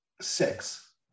six